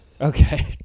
Okay